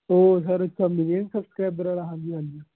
ਉਹ ਸਰ ਇੱਕ ਸੌ ਮਿਲੀਅਨ ਸਬਸਕ੍ਰਾਈਬਰ ਵਾਲਾ ਹਾਂਜੀ ਹਾਂਜੀ